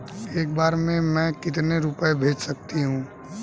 एक बार में मैं कितने रुपये भेज सकती हूँ?